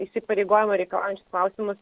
įsipareigojimo reikalaujančius klausimus